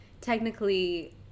technically